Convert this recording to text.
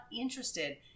interested